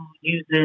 uses